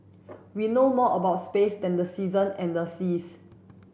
we know more about space than the season and the seas